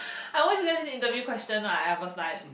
I always get this interview question what at first time